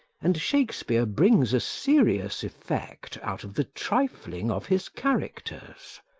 and shakespeare brings a serious effect out of the trifling of his characters.